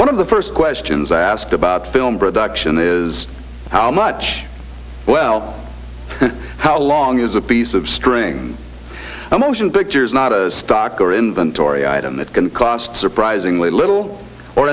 one of the first questions i asked about film production is how much well how long is a piece of string and motion pictures not a stock or in them tori item that can cost surprisingly little or